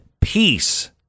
peace